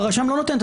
הרשם לא נותן את